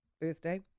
birthday